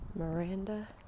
Miranda